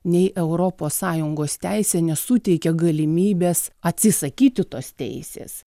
nei europos sąjungos teisė nesuteikia galimybės atsisakyti tos teisės